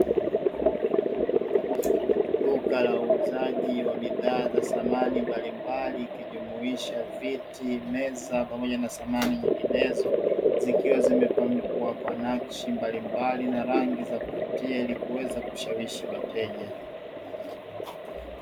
Duka la uuzaji wa bidhaa za samani mbalimbali ikijumuisha viti meza pamoja na samani nyinginezo, zikiwa zimepambwa kwa nakshi mbalimbali na rangi za kuvutia ili kuweza kushawishi wateja.